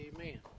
Amen